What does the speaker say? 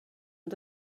ond